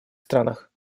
странах